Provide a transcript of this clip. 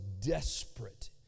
desperate